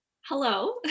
Hello